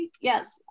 yes